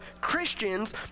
Christians